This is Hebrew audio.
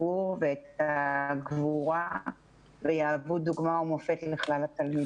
הסיפור ואת הגבורה ויהוו דוגמה ומופת לכלל התלמידים.